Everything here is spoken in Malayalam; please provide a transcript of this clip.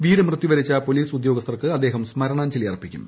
വീരമൃത്യു വരിച്ച പോലീസ് ഉദ്യോഗസ്ഥർക്ക് അദ്ദേഹം സ്മരണാഞ്ജലി അർപ്പിക്കും